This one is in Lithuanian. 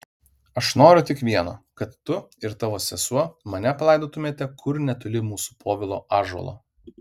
aš noriu tik vieno kad tu ir tavo sesuo mane palaidotumėte kur netoli mūsų povilo ąžuolo